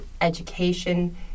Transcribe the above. education